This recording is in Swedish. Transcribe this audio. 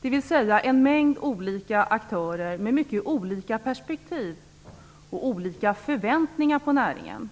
Det finns en mängd olika aktörer med mycket olika perspektiv och olika förväntningar på näringen.